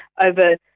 over